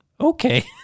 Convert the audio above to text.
okay